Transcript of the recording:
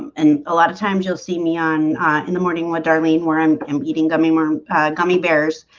and a lot of times you'll see me on in the morning with darlene where i'm um eating gummy worm gummy bears